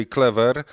Clever